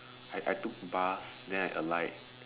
I I took bus then I alight